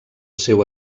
seu